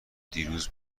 دیروز